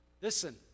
Listen